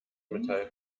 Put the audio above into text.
metall